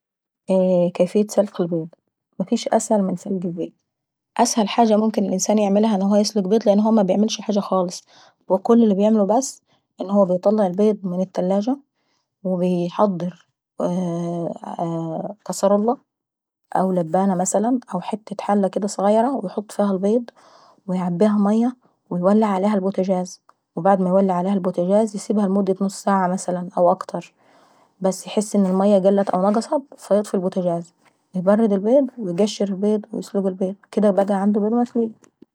كيفية سلق البيض؟ مفيش اسهل من سلق البيض، اسهل حاجة ممكن الانسان يعملها هو انه يسلق البيض لانه مبيعملش حاجة خالص. هو كل اللي بيعملو بس انه يطلع البيض من التلاجة ويحضر كسرولة او لبانة مثلا او حتة حلة صغيرة/ ويحط فيها البيض ويعبيها مية ويولع عليها البوتجاز وبعد ما يولع البوتجاز يسيبها لمدة نص ساعة مثلا او اكتر. بس يحس ان المية نقصت او قلت فيطفي البوتجاز. يبرد البيض ويقشر البيض واكديه بقا عنده بيض مسلوق...